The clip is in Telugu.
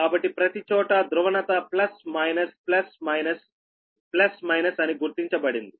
కాబట్టి ప్రతిచోటా ధ్రువణత plus minus plus minus plus minus అని గుర్తించబడింది